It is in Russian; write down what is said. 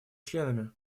членами